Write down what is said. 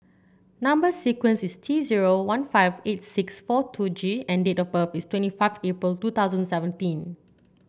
number sequence is T zero one five eight six four two G and date of birth is twenty five April two thousand seventeen